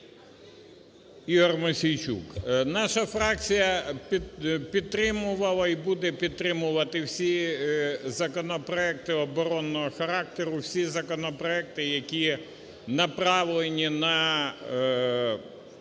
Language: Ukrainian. Ігор Мосійчук. Наша фракція підтримувала і буде підтримувати всі законопроекти оборонного характеру, всі законопроекти, які направлені на